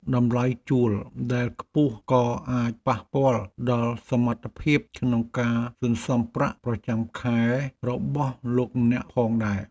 តម្លៃជួលដែលខ្ពស់ក៏អាចប៉ះពាល់ដល់សមត្ថភាពក្នុងការសន្សំប្រាក់ប្រចាំខែរបស់លោកអ្នកផងដែរ។